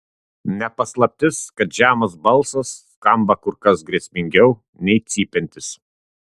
ne paslaptis kad žemas balsas skamba kur kas grėsmingiau nei cypiantis